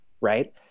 right